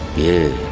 the